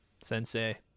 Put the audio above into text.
sensei